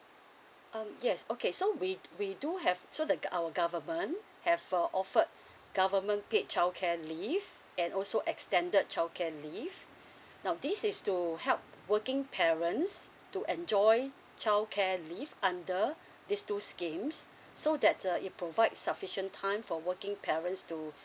mm yes okay so we we do have so the gov~ our government have for offered government paid child care leave and also extended child care leave now this is to help working parents to enjoy child care leave under this two schemes so that uh it provide sufficient time for working parents to